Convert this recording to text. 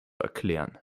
erklären